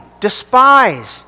despised